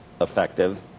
effective